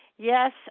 Yes